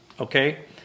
okay